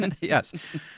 Yes